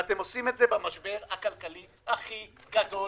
ואתם עושים את זה במשבר הכלכלי הכי גדול